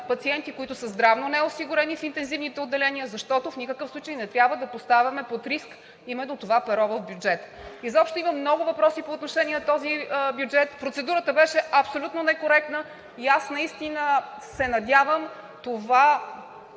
пациенти, които са здравно неосигурени в интензивните отделения, защото в никакъв случай не трябва да поставяме под риск именно това перо в бюджета. Изобщо има много въпроси по отношение на този бюджет и процедурата беше абсолютно некоректна. Наистина се надявам после